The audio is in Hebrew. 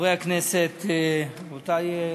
חברי הכנסת, רבותי,